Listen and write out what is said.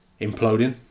imploding